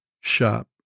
shop